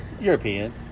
European